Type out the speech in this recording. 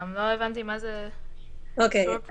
לא הבנתי מה זה "האיסור פורסם".